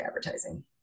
advertising